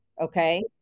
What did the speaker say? Okay